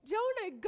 Jonah